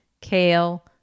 kale